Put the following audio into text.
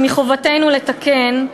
שמחובתנו לתקנו,